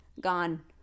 gone